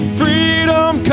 freedom